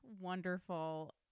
Wonderful